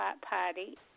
party